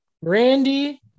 Randy